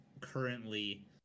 currently